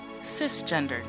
cisgender